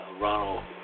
Ronald